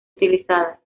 utilizadas